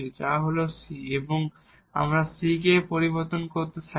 যা হল c এবং যদি আমরা c পরিবর্তন করতে থাকি